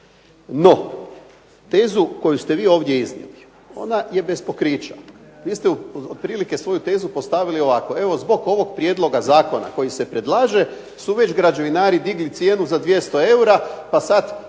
No tezu koju ste vi ovdje iznijeli, ona je bez pokrića. Vi ste otprilike svoju tezu postavili ovako, evo zbog ovog prijedloga zakona koji se predlaže su već građevinari digli cijenu za 200 eura pa sad